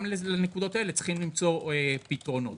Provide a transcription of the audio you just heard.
גם לנקודות האלה צריך למצוא פתרונות.